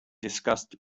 discussed